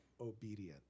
obedient